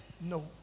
no